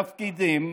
תפקידם,